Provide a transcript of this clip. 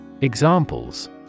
Examples